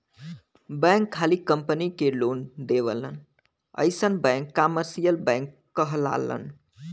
bank खाली company के loan देवलन अइसन बैंक कमर्सियल बैंक कहलालन